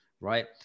right